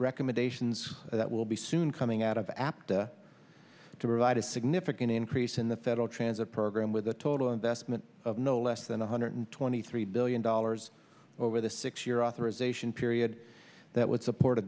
recommendations that will be soon coming out of apt to provide a significant increase in the federal transit program with a total investment of no less than one hundred twenty three billion dollars over the six year authorization period that would support a